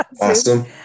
Awesome